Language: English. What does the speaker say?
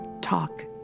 talk